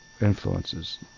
influences